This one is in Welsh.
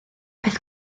peth